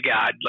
God